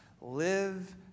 Live